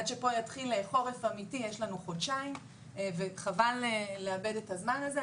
עד שכאן יתחיל החורף האמיתי יש לנו חודשיים וחבל לאבד את הזמן הזה.